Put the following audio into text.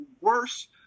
worse